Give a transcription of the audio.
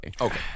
Okay